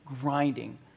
grinding